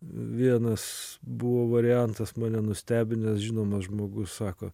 vienas buvo variantas mane nustebinęs žinomas žmogus sako